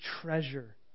treasure